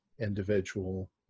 individual